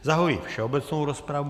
Zahajuji všeobecnou rozpravu.